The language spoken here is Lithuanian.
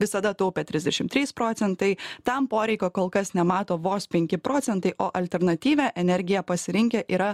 visada taupė trisdešim trys procentai tam poreikio kol kas nemato vos penki procentai o alternatyvią energiją pasirinkę yra